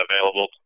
available